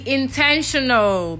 intentional